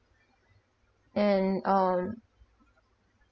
and um